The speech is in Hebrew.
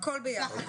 הכול ביחד.